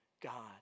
God